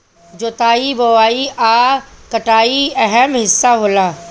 जोताई बोआई आ कटाई अहम् हिस्सा होला